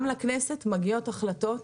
גם לכנסת מגיעות החלטות